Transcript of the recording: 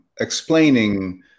explaining